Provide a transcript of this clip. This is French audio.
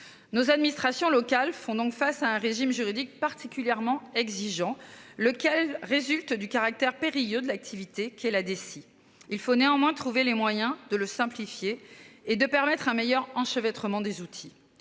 nos administrations locales font donc face à un régime juridique particulièrement exigeant lequel résulte du caractère périlleux de l'activité qu'elle a des, si, il faut néanmoins trouver les moyens de le simplifier et de permettre un meilleur enchevêtrement des outils.